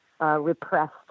repressed